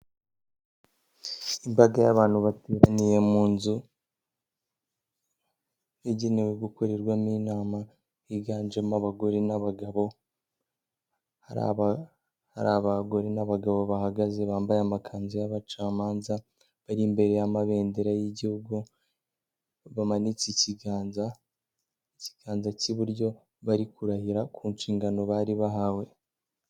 Imbaga y'abantu bateraniye mu nzu yagenewe gukorerwamo inama, higanjemo abagore n'abagabo, hari abagore n'abagabo bahagaze bambaye amakanzu y'abacamanza, bari imbere y'amabendera y'igihugu bamanitse ikiganza cy'iburyo, bari kurahira ku nshingano bari bahawe.